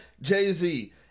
Jay-Z